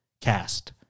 cast